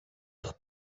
дахь